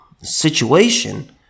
situation